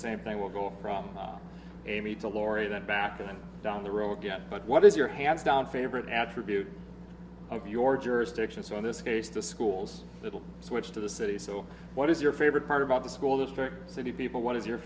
same thing will go from amy to laurie then back then down the road again but what is your hands down favorite natural beauty of your jurisdiction so in this case the school's little switch to the city so what is your favorite part about the school district city people what is your